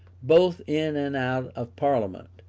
both in and out of parliament,